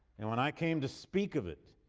and when i came to speak of it,